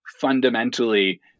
fundamentally